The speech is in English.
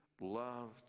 Loved